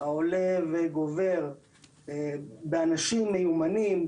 העולה וגובר באנשים מיומנים.